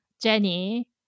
jenny